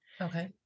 Okay